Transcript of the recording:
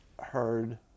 heard